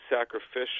sacrificial